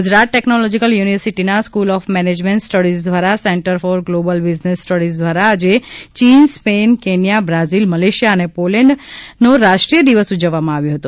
Gujarat technological યુનિવર્સિટીના school of management studies દ્વારા centre for global business studies દ્વારા આજે ચીન સ્પેન કેન્યા બ્રાઝિલ મલેશિયા અને પોલેન્ડ નો રાષ્ટ્રીય દિવસ ઉજવવામા આવ્યો હતો